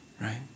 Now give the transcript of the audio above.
right